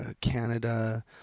Canada